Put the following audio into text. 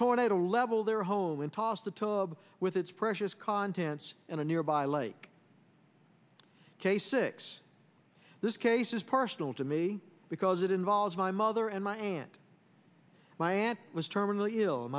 tornado level their home and tossed the tub with its precious contents in a nearby lake case six this case is personal to me because it involves my mother and my aunt my aunt was terminally ill